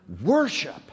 worship